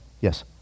yes